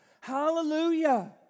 hallelujah